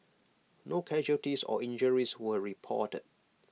no casualties or injuries were reported